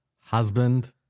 husband